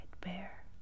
bear